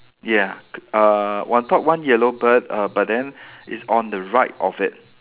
ya k~ uh one top one yellow bird uh but then it's on the right of it